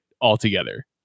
altogether